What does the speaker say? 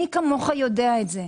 מי כמוך יודע את זה.